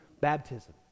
baptism